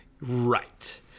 Right